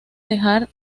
dejar